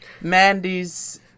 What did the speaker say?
Mandy's